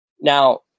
Now